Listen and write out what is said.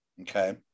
Okay